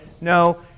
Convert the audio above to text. No